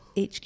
HQ